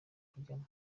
kujyamo